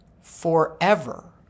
forever